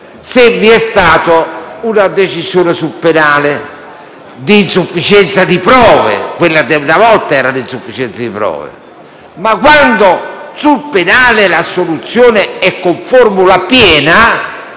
se vi è stata una decisione in ambito penale di insufficienza di prove o meglio quella che una volta era l'insufficienza di prove. Ma quando sul penale l'assoluzione è con formula piena,